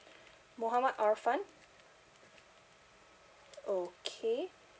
mohammad arfan okay